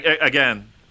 again